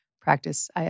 practice